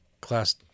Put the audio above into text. Class